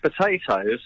potatoes